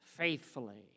Faithfully